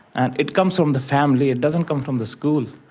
and it comes from the family, it doesn't come from the school.